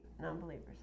non-believers